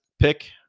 pick